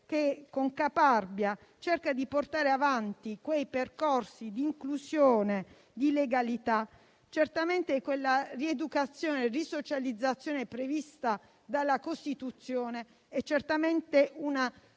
che con caparbietà cercano di portare avanti i percorsi di inclusione e di legalità, certamente la rieducazione e la risocializzazione previste dalla Costituzione diventano